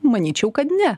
manyčiau kad ne